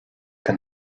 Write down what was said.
can